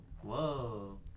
whoa